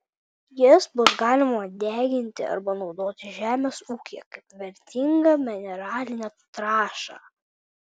jas bus galima deginti arba naudoti žemės ūkyje kaip vertingą mineralinę trąšą